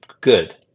good